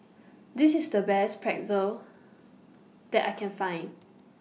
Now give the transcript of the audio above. This IS The Best Pretzel that I Can Find